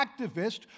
activist